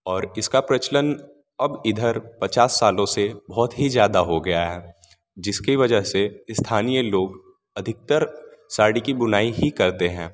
और इसका प्रचलन अब इधर पचास सालों से बहुत ही ज़्यादा हो गया है जिसकी वजह से स्थानीय लोग अधिकतर साड़ी की बुनाई ही करते हैं